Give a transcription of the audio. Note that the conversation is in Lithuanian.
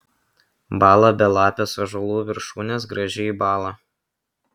bąla belapės ąžuolų viršūnės gražiai bąla